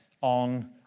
on